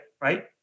right